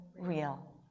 real